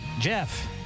Jeff